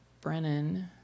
brennan